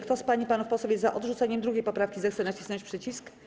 Kto z pań i panów posłów jest za odrzuceniem 2. poprawki, zechce nacisnąć przycisk.